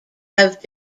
have